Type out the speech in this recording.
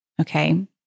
Okay